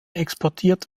exportiert